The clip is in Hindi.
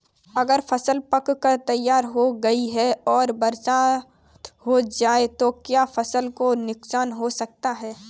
अगर फसल पक कर तैयार हो गई है और बरसात हो जाए तो क्या फसल को नुकसान हो सकता है?